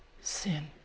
sin